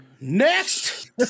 Next